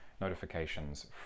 notifications